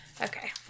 Okay